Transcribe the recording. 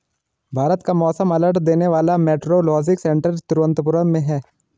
भारत का मौसम अलर्ट देने वाला मेट्रोलॉजिकल सेंटर तिरुवंतपुरम में है